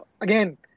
again